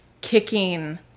kicking